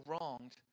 wronged